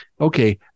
okay